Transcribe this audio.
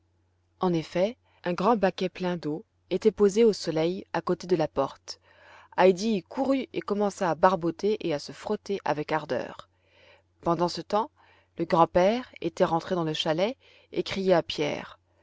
en effet un grand baquet plein d'eau était posé au soleil à côté de la porte heidi y courut et commença à barboter et à se frotter avec ardeur pendant ce temps le grand-père était rentré dans le chalet et criait à pierre